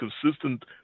consistent